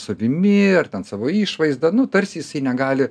savimi ar ten savo išvaizda nu tarsi jisai negali